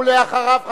ואחריו,